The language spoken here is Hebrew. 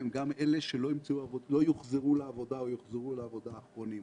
הם גם אלה שלא יוחזרו לעבודה או יוחזרו לעבודה אחרונים.